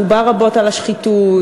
דובר רבות על השחיתות,